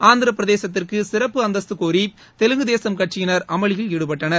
ஆந்திர பிரதேசத்திற்கு சிறப்பு அந்தஸ்து கோரி தெலுங்கு தேசம் கட்சியினர் அமளியில் ஈடுபட்டனர்